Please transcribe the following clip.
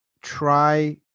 try